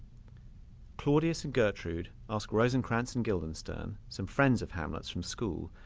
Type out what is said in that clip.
claudius and gertrude ask rosencrantz and guildenstern, some friends of hamlet's from school,